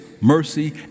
mercy